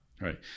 Right